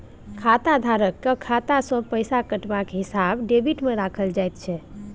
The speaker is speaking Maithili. खाताधारकक खाता सँ पैसा कटबाक हिसाब डेबिटमे राखल जाइत छै